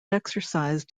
exercised